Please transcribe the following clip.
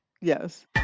yes